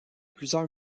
plusieurs